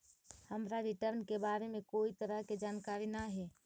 हमरा रिटर्न के बारे में कोई तरह के जानकारी न हे